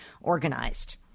organized